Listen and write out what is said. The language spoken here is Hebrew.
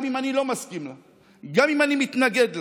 גם אם אני לא מסכים לה, גם אם אני מתנגד לה,